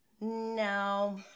No